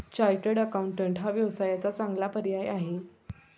chartered accountant हा व्यवसायाचा चांगला पर्याय आहे